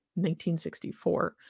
1964